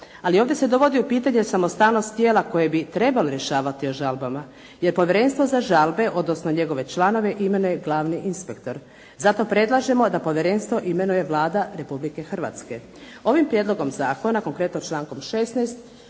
Ali ovdje se dovodi u pitanje samostalnost tijela koje bi trebalo rješavati o žalbama, jer Povjerenstvo za žalbe, odnosno njegove članove imenuje glavni inspektor. Zato predlažemo da povjerenstvo imenuje Vlada Republike Hrvatske. Ovim prijedlogom zakona konkretno člankom 16.